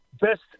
Best